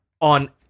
on